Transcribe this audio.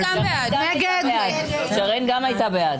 מי נמנע?